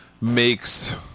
makes